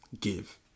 give